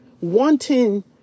wanting